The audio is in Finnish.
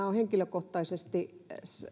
olen henkilökohtaisesti